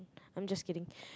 I'm just kidding